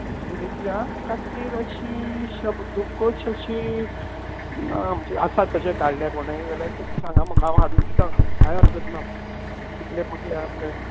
भुरग्यां खातीर अशीं शब्दकोश अशीं ना आमचीं आसात तशें काडल्या कोणे जाल्यार तुमी सांगा म्हाका हांव हाडून दितां कांय हरकत ना तितलें म्हाका हे जातलें